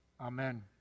Amen